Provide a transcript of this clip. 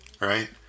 right